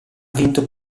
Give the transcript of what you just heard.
vinto